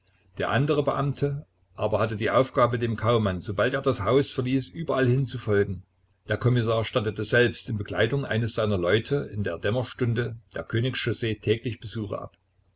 der andere beamte aber hatte die aufgabe dem kaumann sobald er das haus verließ überallhin zu folgen der kommissar stattete selbst in begleitung eines seiner leute in der dämmerstunde der königs chaussee täglich besuch ab